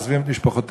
עוזבים את משפחותיהם,